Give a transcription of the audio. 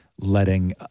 letting